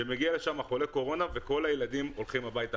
שמגיע לשם חולה קורונה וכל הילדים הולכים הביתה.